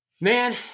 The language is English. Man